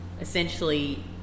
essentially